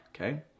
okay